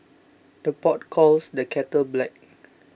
the pot calls the kettle black